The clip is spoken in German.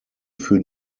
für